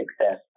success